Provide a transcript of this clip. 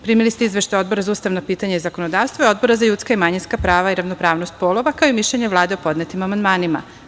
Primili ste izveštaje Odbora za ustavna pitanja i zakonodavstvo i Odbora za ljudska i manjinska prava i ravnopravnost polova, kao i mišljenje Vlade o podnetim amandmanima.